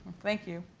thank you.